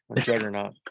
Juggernaut